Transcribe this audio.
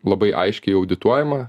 labai aiškiai audituojama